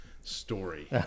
story